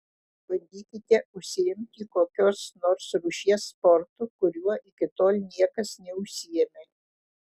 bandykite užsiimti kokios nors rūšies sportu kuriuo iki tol niekas neužsiėmė